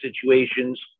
situations